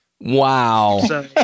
Wow